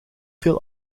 veel